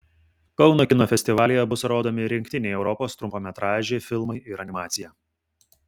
kauno kino festivalyje bus rodomi rinktiniai europos trumpametražiai filmai ir animacija